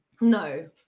No